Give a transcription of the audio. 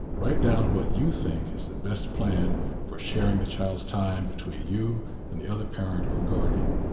write down what you think is the best plan for sharing the child's time between you and the other parent or guardian.